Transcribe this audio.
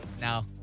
now